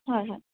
হয় হয়